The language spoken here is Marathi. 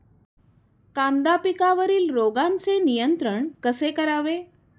कांदा पिकावरील रोगांचे नियंत्रण कसे करावे?